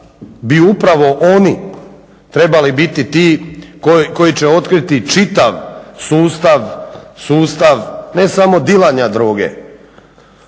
bi upravo oni trebali biti ti koji će otkriti čitav sustav ne samo dilanja droge,